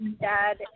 dad